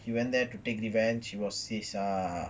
he went there to take revenge it was his err